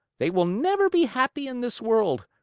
they will never be happy in this world,